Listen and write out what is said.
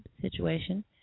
situation